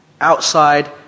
Outside